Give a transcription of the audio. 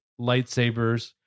lightsabers